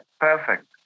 Perfect